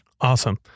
Awesome